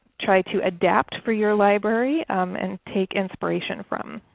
try to adapt for your library and take inspiration from.